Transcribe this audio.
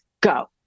go